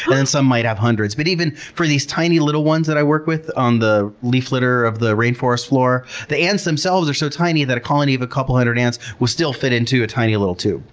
and then some might have hundreds. but even for these tiny little ones that i work with on the leaf litter of the rainforest floor, the ants themselves are so tiny that a colony of a couple hundred ants will still fit into a tiny little tube.